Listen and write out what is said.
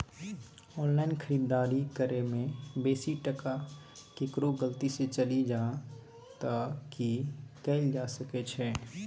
Online खरीददारी करै में बेसी टका केकरो गलती से चलि जा त की कैल जा सकै छै?